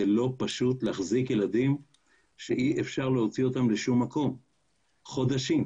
זה לא פשוט להחזיק ילדים שאי אפשר להוציא אתם לשום מקום במשך חודשים.